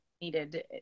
needed